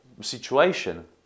situation